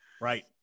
Right